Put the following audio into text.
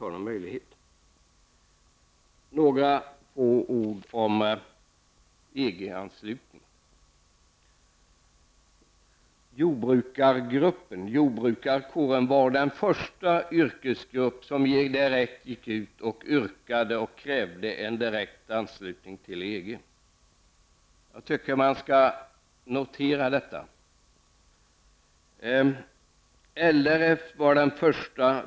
Jag vill gärna säga några ord om EG-anslutningen. Jordbrukarkåren var den första yrkesgrupp som yrkade på och krävde en direkt anslutning till EG. Jag tycker att man skall notera detta.